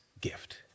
gift